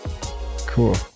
Cool